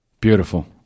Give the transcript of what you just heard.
Beautiful